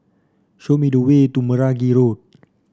show me the way to Meragi Road